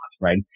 right